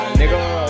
nigga